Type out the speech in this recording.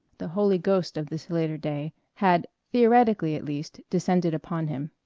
the holy ghost of this later day, had, theoretically at least, descended upon him.